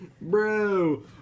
Bro